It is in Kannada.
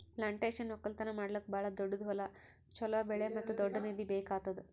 ಪ್ಲಾಂಟೇಶನ್ ಒಕ್ಕಲ್ತನ ಮಾಡ್ಲುಕ್ ಭಾಳ ದೊಡ್ಡುದ್ ಹೊಲ, ಚೋಲೋ ಬೆಳೆ ಮತ್ತ ದೊಡ್ಡ ನಿಧಿ ಬೇಕ್ ಆತ್ತುದ್